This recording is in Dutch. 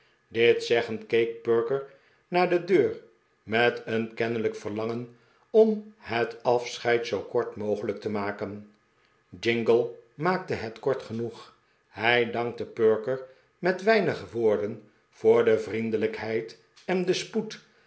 dit zeggend keek perker naar de deur met een kennelijk verlangen om het afscheid zoo kort mogelijk te maken jingle maakte het kort genoeg hij dankte perker met weinig woorden voor de vriendelijkheid en den spoed